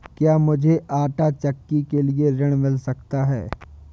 क्या मूझे आंटा चक्की के लिए ऋण मिल सकता है?